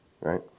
right